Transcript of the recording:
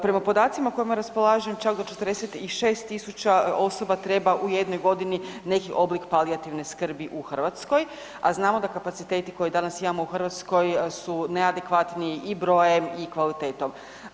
Prema podacima kojima raspolažem čak do 46.000 osoba treba u jednoj godini neki oblik palijativne skrbi u Hrvatskoj, a znamo da kapaciteti koje danas imamo u Hrvatskoj su neadekvatni i brojem i kvalitetom.